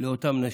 לאותן נשים.